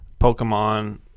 Pokemon